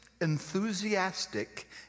enthusiastic